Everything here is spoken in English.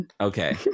Okay